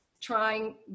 trying